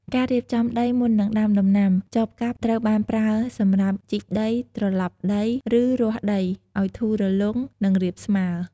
ការៀបចំដី មុននឹងដាំដំណាំ ចបកាប់ត្រូវបានប្រើសម្រាប់ ជីកដី ត្រឡប់ដី ឬ រាស់ដី ឱ្យធូររលុង និងរាបស្មើ។